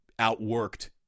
Outworked